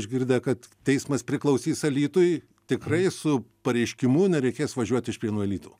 išgirdę kad teismas priklausys alytui tikrai su pareiškimu nereikės važiuot iš prienų į alytų